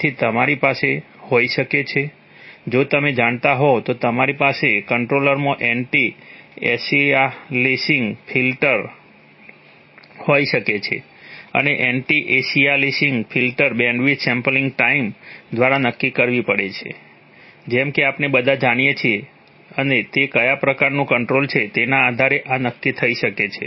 તેથી તમારી પાસે હોઈ શકે છે જો તમે જાણતા હોવ તો તમારી પાસે કંટ્રોલરમાં એન્ટી એલિયાસિંગ ફિલ્ટર દ્વારા નક્કી કરવી પડશે જેમ કે આપણે બધા જાણીએ છીએ અને તે કયા પ્રકારનું કંટ્રોલ છે તેના આધારે આ નક્કી થઈ શકે છે